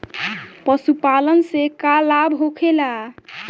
पशुपालन से का लाभ होखेला?